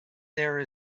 there